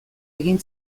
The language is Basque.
egin